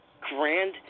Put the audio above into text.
grand